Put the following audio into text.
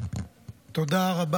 תודה רבה.